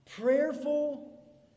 prayerful